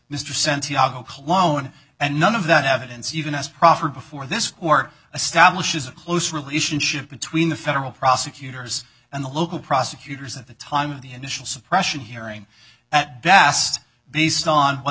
sense iago cologne and none of that evidence even as proffered before this or establishes a close relationship between the federal prosecutors and the local prosecutors at the time of the initial suppression hearing at best these on what